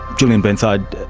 julian burnside,